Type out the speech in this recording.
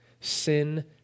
Sin